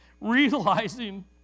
realizing